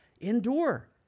Endure